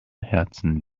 herzen